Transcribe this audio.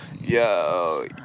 Yo